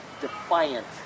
defiant